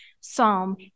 Psalm